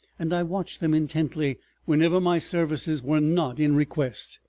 and i watched them intently whenever my services were not in request.